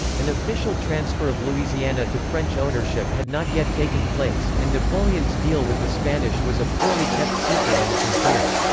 an official transfer of louisiana to french ownership had not yet taken place, and napoleon's deal with the spanish was a poorly kept secret on the frontier.